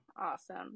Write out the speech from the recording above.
awesome